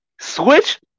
Switch